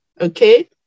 okay